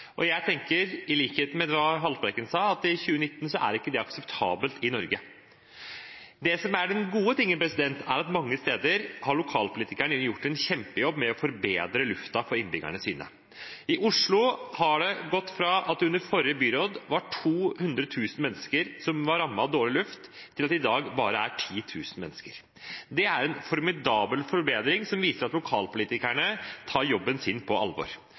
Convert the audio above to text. Jeg tenker, i likhet med hva Haltbrekken sa, at i 2019 er ikke det akseptabelt i Norge. Det som er den gode tingen, er at mange steder har lokalpolitikerne gjort en kjempejobb med å forbedre luften for innbyggerne sine. I Oslo har det gått fra at det under forrige byråd var 200 000 mennesker som var rammet av dårlig luft, til at det i dag bare er 10 000. Det er en formidabel forbedring som viser at lokalpolitikerne tar jobben sin på alvor.